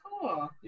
cool